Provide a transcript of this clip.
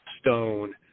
stone